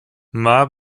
marr